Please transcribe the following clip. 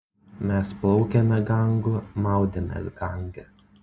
mes plaukėme gangu maudėmės gange